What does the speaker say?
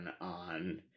on